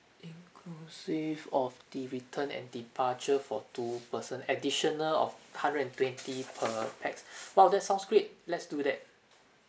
inclusive of the return and departure for two person additional of hundred and twenty per pax !wow! that sounds great let's do that